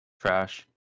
trash